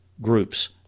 groups